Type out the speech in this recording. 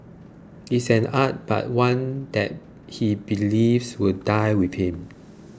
it is an art but one that he believes will die with him